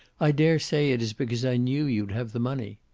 i daresay it is because i knew you'd have the money.